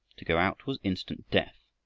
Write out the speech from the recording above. to go out was instant death,